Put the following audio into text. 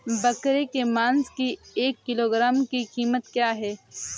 बकरे के मांस की एक किलोग्राम की कीमत क्या है?